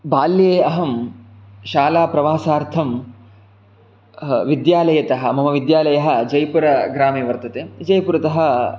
बाल्ये अहं शालाप्रवासार्थं विद्यालयतः मम विद्यालयः जयपुरग्रामे वर्तते जयपुरतः